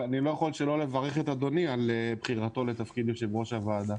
אבל אני לא יכול שלא לברך את אדוני על בחירתו לתפקיד יושב-ראש הוועדה.